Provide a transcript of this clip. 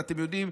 ואתם יודעים,